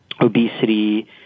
obesity